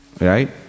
right